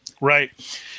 Right